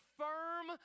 firm